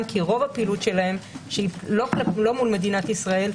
כי רוב הפעילות שלהם שהיא לא ממדינת ישראל,